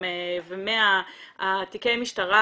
6,100 תיקים המשטרה